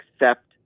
accept